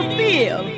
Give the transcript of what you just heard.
feel